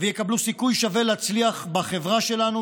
ויקבלו סיכוי שווה להצליח בחברה שלנו?